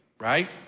Right